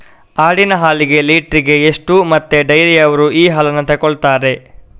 ಆಡಿನ ಹಾಲಿಗೆ ಲೀಟ್ರಿಗೆ ಎಷ್ಟು ಮತ್ತೆ ಡೈರಿಯವ್ರರು ಈ ಹಾಲನ್ನ ತೆಕೊಳ್ತಾರೆ?